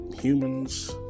humans